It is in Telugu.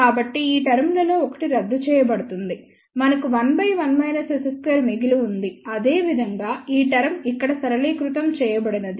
కాబట్టి ఈ టర్మ్ లలో ఒకటి రద్దు చేయబడుతుంది మనకు 1 మిగిలి ఉంది అదేవిధంగా ఈ టర్మ్ ఇక్కడ సరళీకృతం చేయబడినది